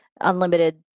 unlimited